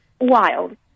wild